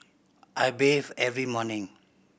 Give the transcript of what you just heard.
I bathe every morning